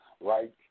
right